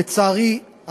לצערי,